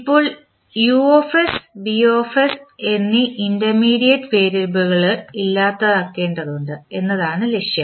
ഇപ്പോൾ U B എന്നീ intermediate വേരിയബിളുകൾ ഇല്ലാതാക്കേണ്ടതുണ്ട് എന്നതാണ് ലക്ഷ്യം